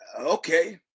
Okay